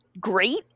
great